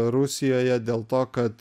rusijoje dėl to kad